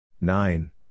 Nine